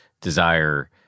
desire